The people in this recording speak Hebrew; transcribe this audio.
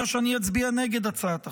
אני אומר שאני אצביע נגד הצעת החוק.